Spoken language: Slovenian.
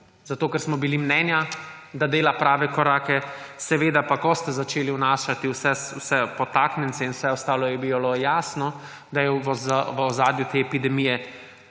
ker smo bili mnenja, da dela prave korake. Ko ste začeli vnašati vse podtaknjence in vse ostalo, je bilo jasno, da je v ozadju te epidemije